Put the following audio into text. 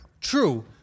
True